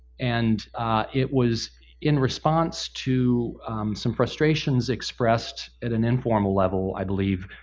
and it was in response to some frustration expressed, at an informal level, i believe,